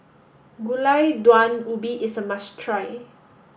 Gulai Daun Ubi is a must try